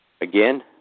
Again